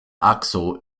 akso